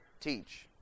teach